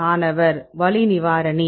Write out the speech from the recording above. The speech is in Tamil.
மாணவர் வலி நிவாரணி